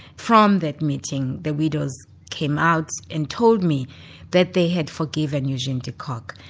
from that meeting the widows came out and told me that they had forgiven eugene de kock.